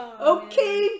okay